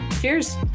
Cheers